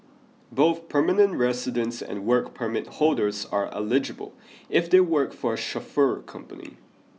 both permanent residents and work permit holders are eligible if they work for a chauffeur company